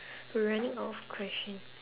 we're running out of question